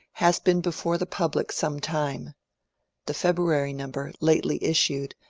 has been before the public some time the february number, lately issued,